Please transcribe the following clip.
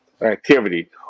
activity